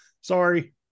Sorry